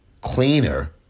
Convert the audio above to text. cleaner